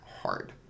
hard